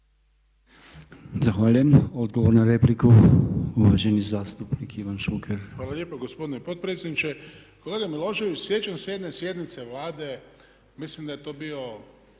Zahvaljujem. Odgovor na repliku uvaženi zastupnik Ivan Šuker. **Šuker, Ivan (HDZ)** Hvala lijepo gospodine potpredsjedniče. Kolega Milošević, sjećam se jedne sjednice Vlade, mislim da je to bio 6.